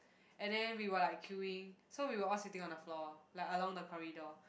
and then we were like queuing so we were all sitting on the floor like along the corridor